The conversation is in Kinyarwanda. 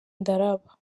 ndaraba